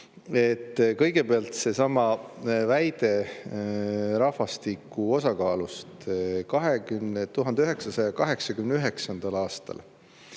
Kõigepealt, väide rahvastiku osakaalust. 1989. aastal